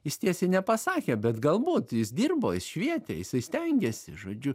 jis tiesiai nepasakė bet galbūt jis dirbo jis švietė jisai stengėsi žodžiu